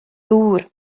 ddŵr